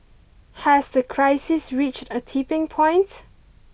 has the crisis reached a tipping point